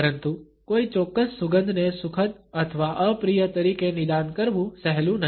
પરંતુ કોઈ ચોક્કસ સુગંધને સુખદ અથવા અપ્રિય તરીકે નિદાન કરવું સહેલું નથી